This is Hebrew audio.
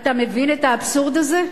אתה מבין את האבסורד הזה?